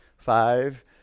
Five